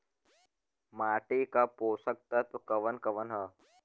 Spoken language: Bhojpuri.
माटी क पोषक तत्व कवन कवन ह?